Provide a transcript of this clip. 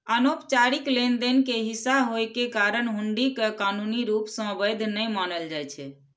अनौपचारिक लेनदेन के हिस्सा होइ के कारण हुंडी कें कानूनी रूप सं वैध नै मानल जाइ छै